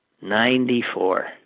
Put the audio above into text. Ninety-four